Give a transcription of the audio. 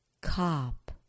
cop